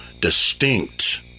distinct